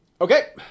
okay